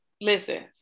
listen